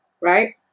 right